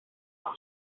chão